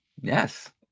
Yes